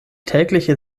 tägliche